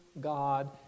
God